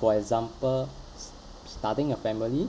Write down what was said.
for example s~ starting a family